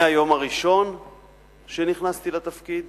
מהיום הראשון שנכנסתי לתפקיד